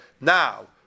Now